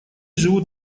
живут